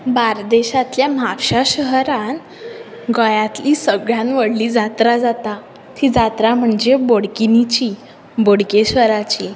बार्देसांतल्या म्हापश्यां शहरान गोंयांतली सगळ्यांत व्हडली जात्रां जाता ती जात्रा म्हणजे बोडगीनचीं बोडगेश्वराची